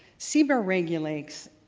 cber regulates